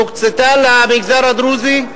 שהוקצתה למגזר הדרוזי,